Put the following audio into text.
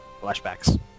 flashbacks